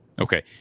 Okay